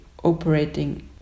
operating